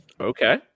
Okay